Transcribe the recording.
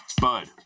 Bud